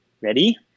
Ready